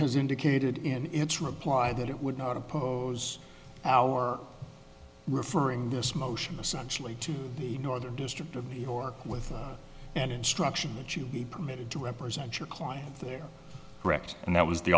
has indicated in its reply that it would not oppose our referring this motion essentially to the northern district of new york with an instruction that you be permitted to represent your client there correct and that was the